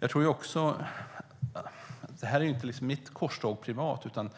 Detta är inte mitt korståg privat, utan